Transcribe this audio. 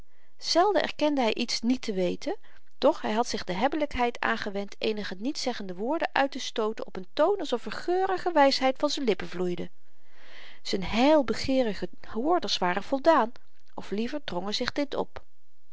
zelden erkende hy iets niet te weten doch hy had zich de hebbelykheid aangewend eenige nietszeggende woorden uittestooten op n toon alsof er geurige wysheid van z'n lippen vloeide z'n heilbegeerige hoorders waren voldaan of liever ze drongen zich dit op